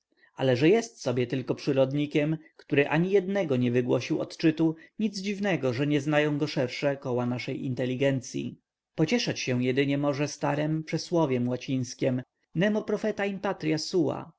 ale że jest sobie tylko przyrodnikiem który ani jednego nie wygłosił odczytu nic dziwnego że nie znają go szersze koła naszej inteligencyi pocieszać się jedynie może starem przysłowiem lacińskiem nemo propheta in patria sua